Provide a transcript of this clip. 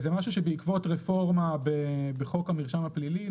זה משהו שבעקבות רפורמה בחוק המרשם הפלילי.